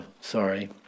Sorry